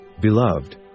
Beloved